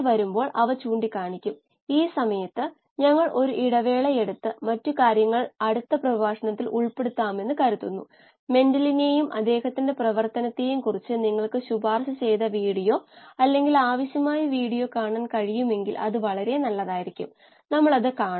നമ്മൾ സാധാരണയായി മണിക്കൂറിൽ ആണ് KLa കണക്കാക്കുന്നത് കാരണം നമ്മൾ സാധാരണയായി KLa നെ ഒരു മണിക്കൂറിൽ അടിസ്ഥാനത്തിൽ നോക്കുന്നു